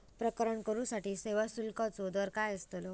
प्रकरण करूसाठी सेवा शुल्काचो दर काय अस्तलो?